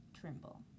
Trimble